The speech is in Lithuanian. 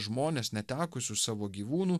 žmones netekusius savo gyvūnų